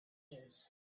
news